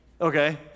Okay